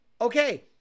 okay